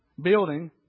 building